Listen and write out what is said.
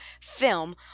film